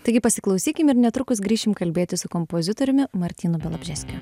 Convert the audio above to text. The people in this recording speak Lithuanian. taigi pasiklausykim ir netrukus grįšim kalbėtis su kompozitoriumi martynu bialobžeskiu